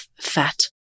fat